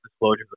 disclosure